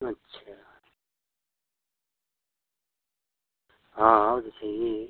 अच्छा हाँ हाँ वो तो चाहिए ही